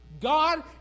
God